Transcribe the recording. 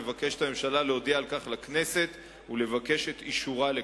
מבקשת הממשלה להודיע על כך לכנסת ולבקש את אישורה לכך.